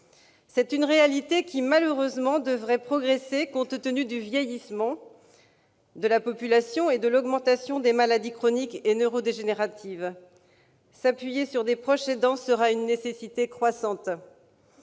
Cela sera malheureusement de plus en plus le cas, compte tenu du vieillissement de la population et de l'augmentation des maladies chroniques et neurodégénératives. S'appuyer sur des proches aidants sera une nécessité croissante.